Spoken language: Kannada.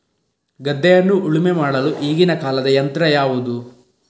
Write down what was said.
ಗದ್ದೆಯನ್ನು ಉಳುಮೆ ಮಾಡಲು ಈಗಿನ ಕಾಲದ ಯಂತ್ರ ಯಾವುದು?